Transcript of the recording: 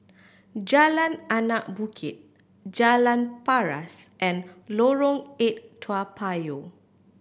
Jalan Anak Bukit Jalan Paras and Lorong Eight Toa Payoh